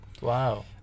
Wow